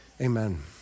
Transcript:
amen